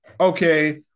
okay